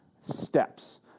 Steps